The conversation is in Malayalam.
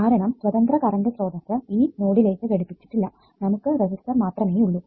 കാരണം സ്വതന്ത്ര കറണ്ട് സ്രോതസ്സ് ഈ നോഡിലേക്ക് ഘടിപ്പിച്ചിട്ടില്ല നമുക്ക് റെസിസ്റ്റർ മാത്രമേ ഉള്ളൂ